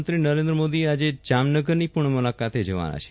પ્રધાનમંત્રી નરેન્દ્ર મોદી આજે જામનગરની પણ મુલાકાતે જવાના છે